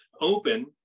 open